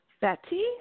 Betty